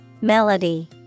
Melody